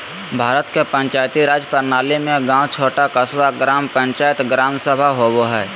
भारत के पंचायती राज प्रणाली में गाँव छोटा क़स्बा, ग्राम पंचायत, ग्राम सभा होवो हइ